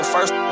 First